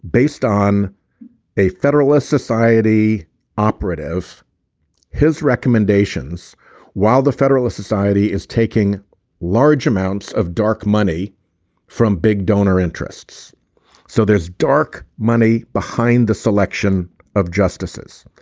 based on a federalist society operative his recommendations while the federalist society is taking large amounts of dark money from big donor interests so there's dark money behind the selection of justices.